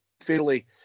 fairly